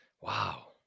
Wow